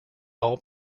all